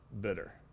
bitter